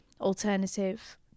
alternative